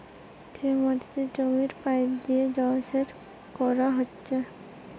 যে মাটিতে জমির পাইপ দিয়ে জলসেচ কোরা হচ্ছে